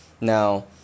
Now